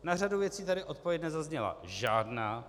Na řadu věcí tady odpověď nezazněla žádná.